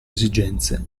esigenze